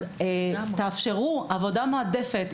תאפשרו עבודה מועדפת.